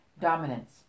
Dominance